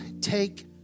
take